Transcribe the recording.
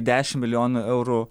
dešim milijojų eurų